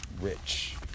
rich